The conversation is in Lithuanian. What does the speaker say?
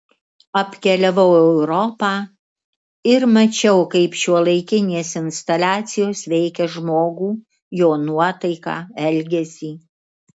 apkeliavau europą ir mačiau kaip šiuolaikinės instaliacijos veikia žmogų jo nuotaiką elgesį